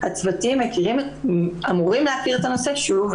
הצוותים אמורים להכיר את הנושא שוב,